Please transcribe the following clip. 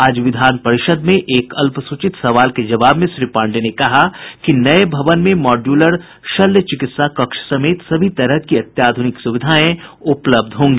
आज विधान परिषद में एक अल्पसूचित सवाल के जवाब में श्री पांडेय ने कहा कि नये भवन में मॉड्यूलर शल्य चिकित्सा कक्ष समेत सभी तरह की अत्याध्निक सुविधाएं होंगी